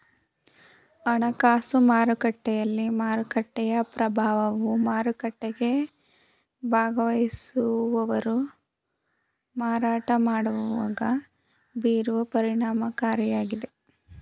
ಹಣಕಾಸು ಮಾರುಕಟ್ಟೆಗಳಲ್ಲಿ ಮಾರುಕಟ್ಟೆಯ ಪ್ರಭಾವವು ಮಾರುಕಟ್ಟೆಗೆ ಭಾಗವಹಿಸುವವರು ಮಾರಾಟ ಮಾಡುವಾಗ ಬೀರುವ ಪರಿಣಾಮಕಾರಿಯಾಗಿದೆ